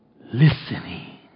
listening